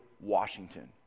Washington